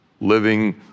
living